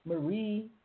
Marie